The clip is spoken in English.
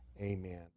Amen